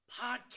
podcast